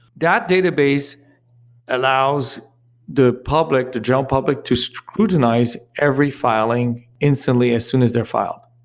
that database allows the public, the general public to scrutinize every filing instantly as soon as they're filed.